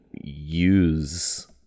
use